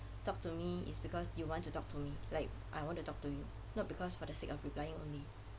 talk to me is because you want to talk to me like I want to talk to you not because for the sake of replying only